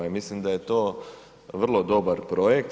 Mislim da je to vrlo dobar projekt.